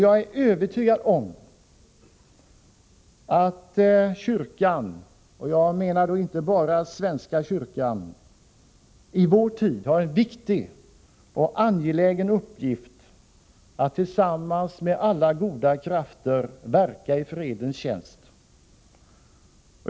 Jag är övertygad om att kyrkan — och då menar jag inte bara svenska kyrkan —i vår tid har en viktig och angelägen uppgift att tillsammans med alla goda krafter verka i fredens tjänst.